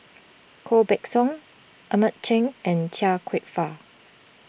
Koh Buck Song Edmund Cheng and Chia Kwek Fah